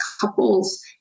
couples